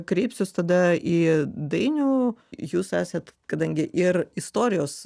kreipsiuos tada į dainių jūs esat kadangi ir istorijos